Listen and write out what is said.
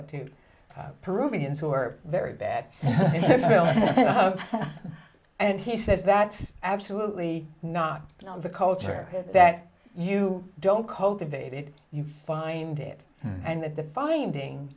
it to peruvians who are very bad and he says that's absolutely not the culture that you don't cultivate it you find it and that the finding